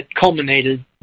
culminated